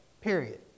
period